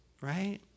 right